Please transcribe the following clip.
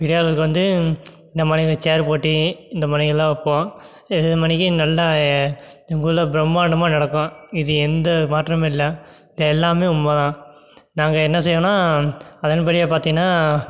பெரிய ஆளுங்களுக்கு வந்து இந்த மாரி ஏதா சேரு போட்டி இந்த மாரி எல்லாம் வைப்போம் மாரிக்கு நல்ல எங்கள் ஊரில் பிரம்மாண்டமாக நடக்கும் இது எந்த மாற்றமும் இல்லை இது எல்லாமே உண்மை தான் நாங்கள் என்ன செய்வோன்னா அதன்படியாக பார்த்தின்னா